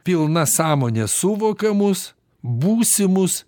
pilna sąmone suvokiamus būsimus